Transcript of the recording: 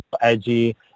edgy